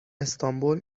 استانبول